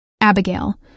Abigail